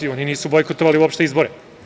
Oni nisu bojkotovali uopšte izbore.